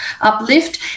uplift